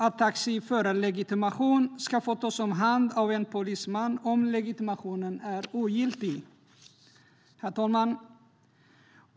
Taxiförarlegitimation ska få tas om hand av en polisman om legitimationen är ogiltig. Herr talman!